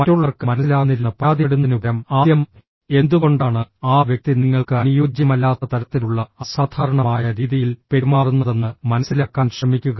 മറ്റുള്ളവർക്ക് മനസ്സിലാകുന്നില്ലെന്ന് പരാതിപ്പെടുന്നതിനുപകരം ആദ്യം എന്തുകൊണ്ടാണ് ആ വ്യക്തി നിങ്ങൾക്ക് അനുയോജ്യമല്ലാത്ത തരത്തിലുള്ള അസാധാരണമായ രീതിയിൽ പെരുമാറുന്നതെന്ന് മനസിലാക്കാൻ ശ്രമിക്കുക